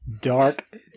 Dark